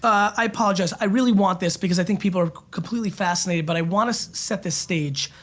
i apologize, i really want this because i think people are completely fascinated but i want to set the stage.